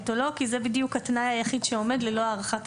או לא כי זה בדיוק התנאי היחיד שעומד ללא הערכת המסוכנות.